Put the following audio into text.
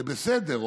זה בסדר,